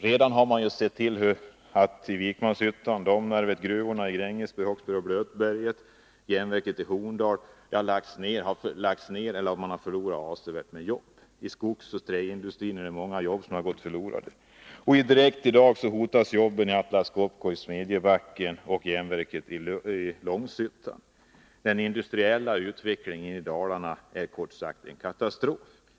Redan har man ju sett till att Vikmanshyttan, Domnarvet, gruvorna i Grängesberg, Håksberg och Blötberget samt järnverket i Horndal har lagts ned eller förlorat ett avsevärt antal jobb. I skogsoch träindustrin har många jobb gått förlorade. I dag hotas jobben i Atlas Copco i Smedjebacken och vid järnverket i Långshyttan. Den industriella utvecklingen i Dalarna är kort sagt en katastrof.